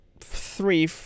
three